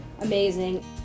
amazing